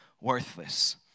worthless